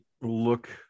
look